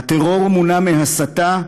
הטרור מונע מהסתה,